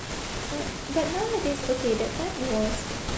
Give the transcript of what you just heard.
but but nowadays okay that time it was